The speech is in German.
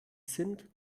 sind